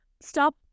Stop